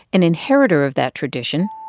an inheritor of that tradition.